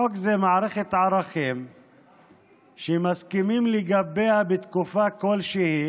חוק זה מערכת ערכים שמסכימים לגביה בתקופה כלשהי